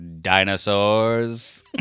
dinosaurs